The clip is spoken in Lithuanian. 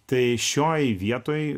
tai šioj vietoj